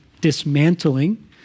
dismantling